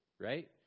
right